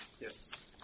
Yes